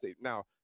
Now